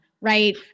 right